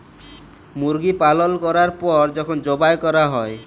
মুরগি পালল ক্যরার পর যখল যবাই ক্যরা হ্যয়